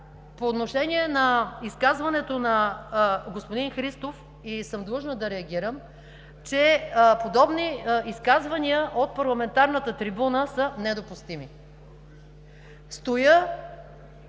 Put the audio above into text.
по отношение изказването на господин Христов, и съм длъжна да реагирам, че подобни изказвания от парламентарната трибуна са недопустими! Стоя